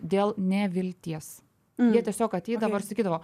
dėl nevilties jie tiesiog ateidavo ir sakydavo